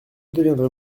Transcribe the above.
deviendrez